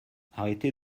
arrêtez